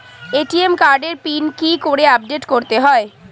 ATM কার্ডের pin কি করে আপডেট করতে হয়?